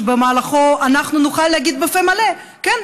ובמהלכו אנחנו נוכל להגיד בפה מלא: כן,